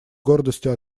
гордостью